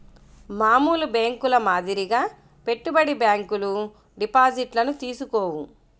మామూలు బ్యేంకుల మాదిరిగా పెట్టుబడి బ్యాంకులు డిపాజిట్లను తీసుకోవు